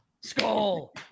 Skull